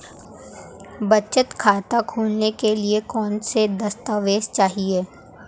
बचत खाता खोलने के लिए कौनसे दस्तावेज़ चाहिए?